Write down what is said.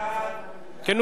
מי